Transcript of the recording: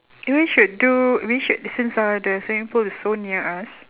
we should do we should since uh the swimming pool is so near us